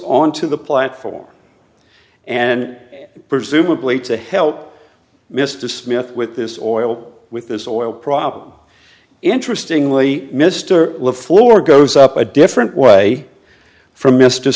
onto the platform and presumably to help mr smith with this oil with this oil problem interestingly mr fuller goes up a different way from mr